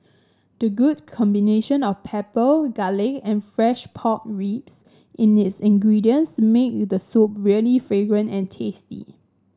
the good combination of pepper garlic and fresh pork ribs in its ingredients make the soup really fragrant and tasty